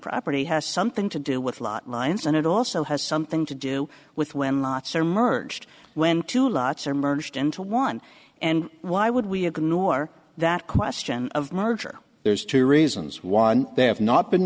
property has something to do with lot lines and it also has something to do with when lots are merged when two lots are merged into one and why would we ignore that question of marja there's two reasons one they have not been